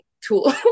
tool